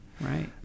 right